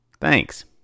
Thanks